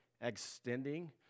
Extending